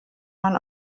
man